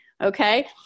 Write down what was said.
Okay